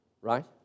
Right